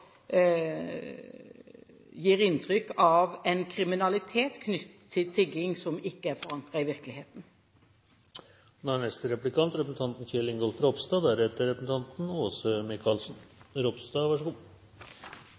gir inntrykk av at det er en kriminalitet knyttet til tigging som ikke er forankret i virkeligheten. Jeg er